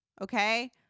Okay